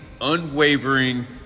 unwavering